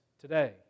today